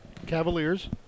Cavaliers